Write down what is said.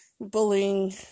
bullying